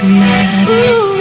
matters